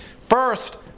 First